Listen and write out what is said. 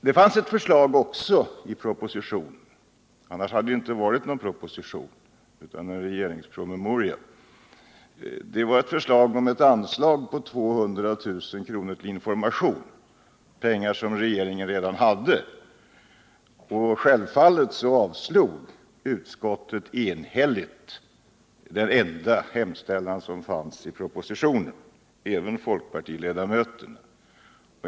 Det fanns även ett förslag i propositionen — annars hade det ju inte varit någon proposition utan en regeringspromemoria. Det var ett förslag om ett anslag på 200 000 kr. till information — pengar som regeringen redan hade. Självfallet avstyrkte utskottet enhälligt detta enda yrkande som fanns i propositionen —- även folkpartiledamöterna.